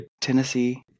Tennessee